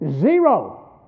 Zero